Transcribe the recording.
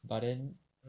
but then